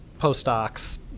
postdocs